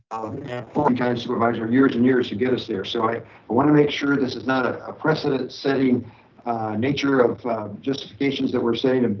um kind of supervisors years and years to get us there. so i want to make sure this is not ah a precedent setting nature of justification's that we're saying,